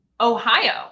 Ohio